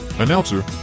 Announcer